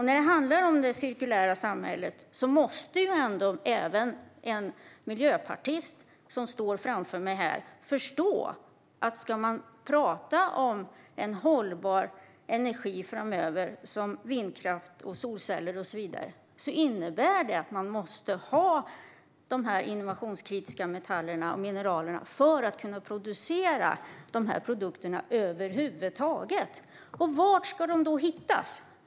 När det handlar om det cirkulära samhället måste ju ändå en miljöpartist, som nu står framför mig, förstå följande: Ska man ha hållbar energi framöver, som vindkraft, solceller och så vidare, måste man ha de innovationskritiska metallerna och mineralerna för att över huvud taget kunna producera de produkterna. Var ska de då hittas?